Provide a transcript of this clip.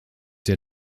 der